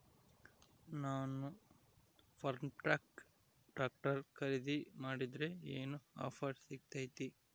ನಾನು ಫರ್ಮ್ಟ್ರಾಕ್ ಟ್ರಾಕ್ಟರ್ ಖರೇದಿ ಮಾಡಿದ್ರೆ ಏನು ಆಫರ್ ಸಿಗ್ತೈತಿ?